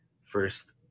first –